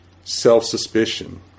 self-suspicion